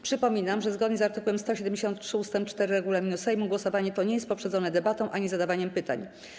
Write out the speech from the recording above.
Przypominam, że zgodnie z art. 173 ust. 4 regulaminu Sejmu głosowanie to nie jest poprzedzone debatą ani zadawaniem pytań.